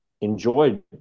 enjoyed